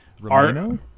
Romano